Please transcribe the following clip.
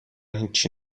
هیچی